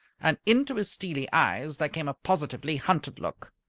and into his steely eyes there came a positively hunted look.